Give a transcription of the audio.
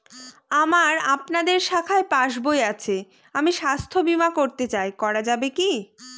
আমার আপনাদের শাখায় পাসবই আছে আমি স্বাস্থ্য বিমা করতে চাই করা যাবে কি?